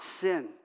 sin